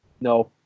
no